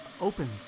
opens